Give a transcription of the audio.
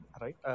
right